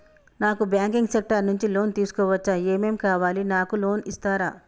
నాకు banking sector నుంచి loan తీసుకోవచ్చా? ఏమేం కావాలి? నాకు లోన్ ఇస్తారా?